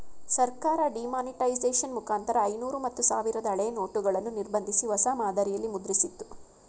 ಸರ್ಕಾರ ಡಿಮಾನಿಟೈಸೇಷನ್ ಮುಖಾಂತರ ಐನೂರು ಮತ್ತು ಸಾವಿರದ ಹಳೆಯ ನೋಟುಗಳನ್ನು ನಿರ್ಬಂಧಿಸಿ, ಹೊಸ ಮಾದರಿಯಲ್ಲಿ ಮುದ್ರಿಸಿತ್ತು